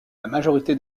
majorité